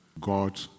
God